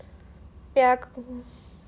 yup